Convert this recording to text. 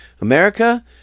America